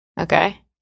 Okay